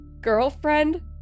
girlfriend